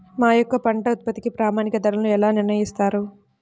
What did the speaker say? మా యొక్క పంట ఉత్పత్తికి ప్రామాణిక ధరలను ఎలా నిర్ణయిస్తారు?